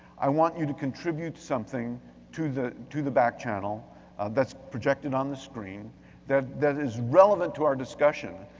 i want you to contribute something to the to the back channel that's projected on the screen that that is relevant to our discussion.